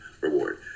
reward